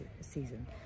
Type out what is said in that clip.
season